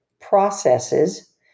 processes